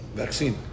vaccine